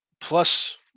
plus